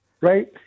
right